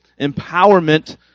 empowerment